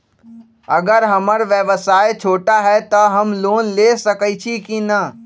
अगर हमर व्यवसाय छोटा है त हम लोन ले सकईछी की न?